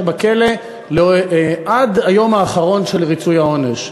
בכלא עד היום האחרון של ריצוי העונש.